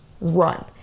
run